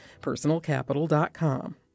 personalcapital.com